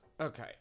Okay